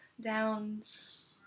downs